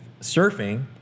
surfing